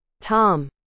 Tom